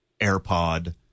AirPod